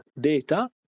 data